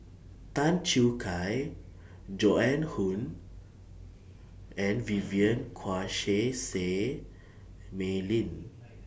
Tan Choo Kai Joan Hon and Vivien Quahe Seah Say Mei Lin